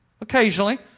occasionally